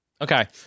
Okay